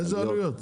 איזה עלויות?